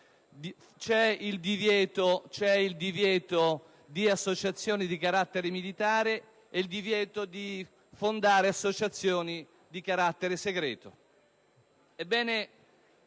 il divieto di associazione di carattere militare e di fondare associazioni di carattere segreto.